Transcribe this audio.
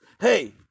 hey